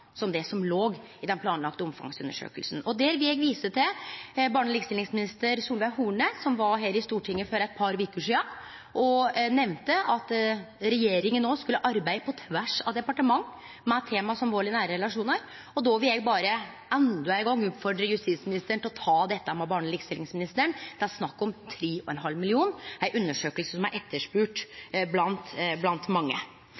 som det som låg i den planlagde omfangsundersøkinga. Der vil eg vise til barne- og likestillingsminister Solveig Horne, som var her i Stortinget for eit par veker sidan og nemnde at regjeringa no skulle arbeide på tvers av departement med tema som vald i nære relasjonar. Då vil eg berre endå ein gong oppfordre justisministeren til å ta dette med barne- og likestillingsministeren. Det er snakk om 3,5 mill. kr og ei undersøking som er etterspurd blant mange.